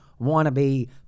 wannabe